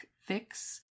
fix